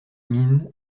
minh